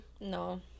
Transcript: no